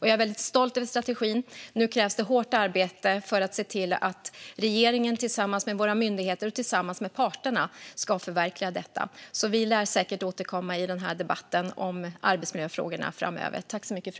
Jag är stolt över strategin. Nu krävs det hårt arbete för att regeringen tillsammans med våra myndigheter och tillsammans med parterna ska förverkliga detta. Vi lär säkert återkomma till debatten om arbetsmiljöfrågorna framöver.